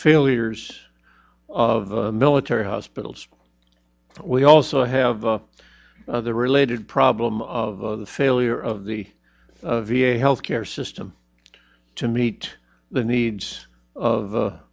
failures of military hospitals we also have the other related problem of the failure of the v a health care system to meet the needs of